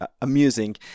amusing